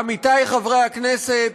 עמיתי חברי הכנסת,